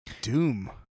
Doom